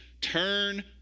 Turn